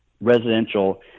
residential